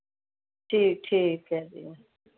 ਠੀਕ ਠੀਕ ਹੈ ਜੀ